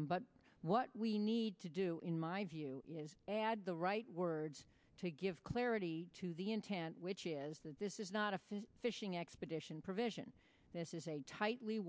but what we need to do in my view is the right words to give clarity to the intent which is this is not a fishing expedition provision this is a tightly